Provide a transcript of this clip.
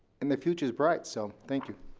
and the future is bright, so thank you.